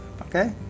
Okay